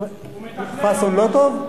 חאסון לא טוב?